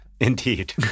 Indeed